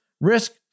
risk